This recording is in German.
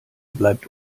bleibt